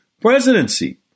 presidency